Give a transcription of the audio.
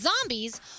Zombies